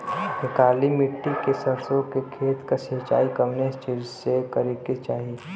काली मिट्टी के सरसों के खेत क सिंचाई कवने चीज़से करेके चाही?